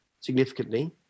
significantly